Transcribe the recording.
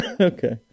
Okay